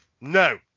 No